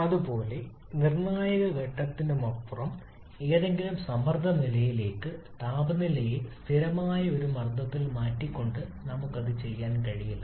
അതുപോലെ നിർണായക ഘട്ടത്തിനപ്പുറമുള്ള ഏതെങ്കിലും സമ്മർദ്ദ നിലയ്ക്ക് താപനിലയെ സ്ഥിരമായ ഒരു മർദ്ദത്തിൽ മാറ്റിക്കൊണ്ട് നമുക്ക് അത് ചെയ്യാൻ കഴിയില്ല